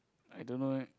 I don't know eh